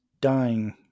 dying